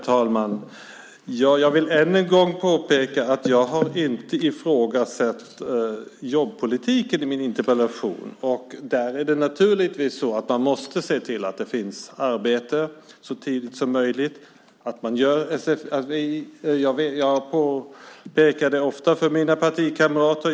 Herr talman! Jag vill än en gång påpeka att jag i min interpellation inte har ifrågasatt jobbpolitiken. Man måste se till att det finns arbete så tidigt som möjligt. Jag påpekar det ofta för mina partikamrater.